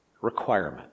Requirement